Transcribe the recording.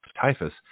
typhus